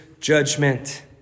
judgment